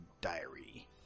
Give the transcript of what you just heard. diary